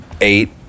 Eight